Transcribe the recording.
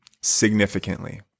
significantly